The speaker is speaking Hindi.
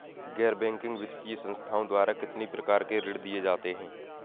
गैर बैंकिंग वित्तीय संस्थाओं द्वारा कितनी प्रकार के ऋण दिए जाते हैं?